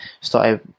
started